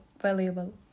valuable